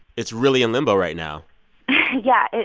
it's really limbo right now yeah,